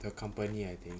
the company I think